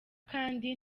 kandi